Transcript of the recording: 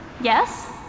Yes